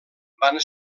van